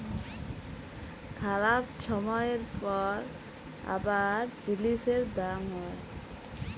খারাপ ছময়ের পর আবার জিলিসের দাম হ্যয়